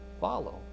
follow